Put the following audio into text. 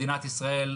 מדינת ישראל,